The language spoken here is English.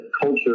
culture